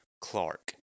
Clark